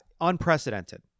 unprecedented